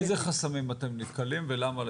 באיזה חסמים אתם נתקלים ולמה לדעתך?